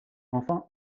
enfin